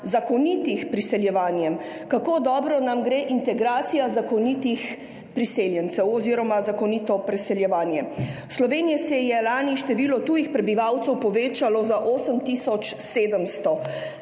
zakonitem priseljevanju: Kako dobro nam gre integracija zakonitih priseljencev oziroma zakonito priseljevanje? V Sloveniji se je lani število tujih prebivalcev povečalo za 8